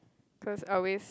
cause always